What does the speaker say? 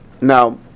Now